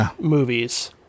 movies